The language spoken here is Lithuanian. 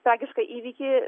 tragišką įvykį